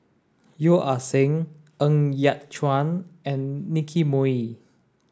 Yeo Ah Seng Ng Yat Chuan and Nicky Moey